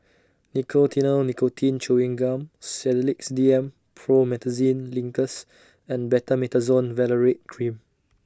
Nicotinell Nicotine Chewing Gum Sedilix D M Promethazine Linctus and Betamethasone Valerate Cream